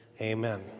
Amen